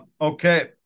Okay